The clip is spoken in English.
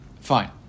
fine